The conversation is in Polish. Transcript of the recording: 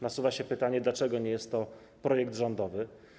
Nasuwa się pytanie, dlaczego nie jest to projekt rządowy.